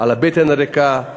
על הבטן הריקה,